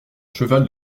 cheval